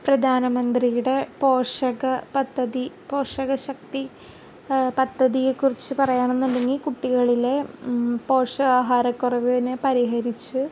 പ്രധാനമന്ത്രിയുടെ പോഷക പദ്ധതി പോഷക ശക്തി പദ്ധതിയെക്കുറിച്ച് പറയുകയാണ് എന്നുണ്ടെങ്കിൽ കുട്ടികളിലെ പോഷകാഹാര കുറവിനെ പരിഹരിച്ച്